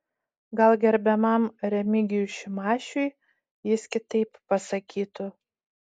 gal gerbiamam remigijui šimašiui jis kitaip pasakytų